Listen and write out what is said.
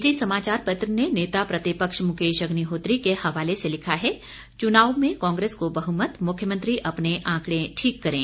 इसी समाचार पत्र ने नेता प्रतिपक्ष मुकेश अग्निहोत्री के हवाले से लिखा है चुनाव में कांग्रेस को बहुमत मुख्यमंत्री अपने आंकड़े ठीक करें